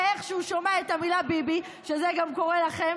איך שהוא שומע את המילה "ביבי" שזה קורה גם לכם,